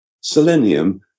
selenium